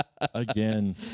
again